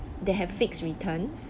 they have fixed returns